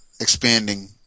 expanding